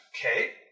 Okay